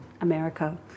America